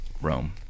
Rome